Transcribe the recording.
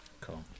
cool